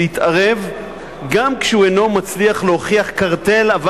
להתערב גם כשהוא איננו מצליח להוכיח קרטל אבל